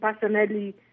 personally